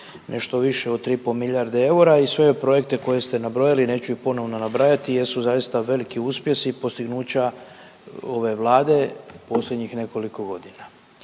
nešto više od 3,5 milijarde eura i sve ove projekte koje ste nabrojili, neću ih ponovno nabrajati jesu zaista veliki uspjesi i postignuća ove Vlade posljednjih nekoliko godina.